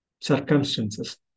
circumstances